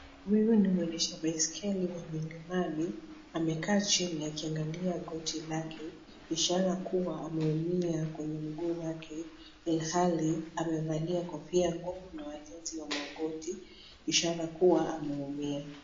Huyu ni mwendesha baiskeli wa milimani, amekaa chini akiangalia goti lake, ishara kuwa ameumia kwenye mguu wake ilhali amevalia kofia ngumu na walinzi wa magoti, ishara kuwa ameumia.